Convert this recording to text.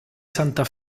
santa